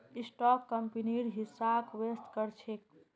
stock कंपनीर हिस्साक व्यक्त कर छेक